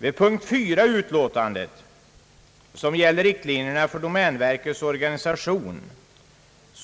Vid punkten 4 i utlåtandet, som gäller riktlinjerna för domänverkets organisation,